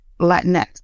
Latinx